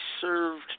served